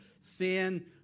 sin